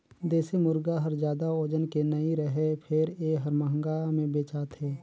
देसी मुरगा हर जादा ओजन के नइ रहें फेर ए हर महंगा में बेचाथे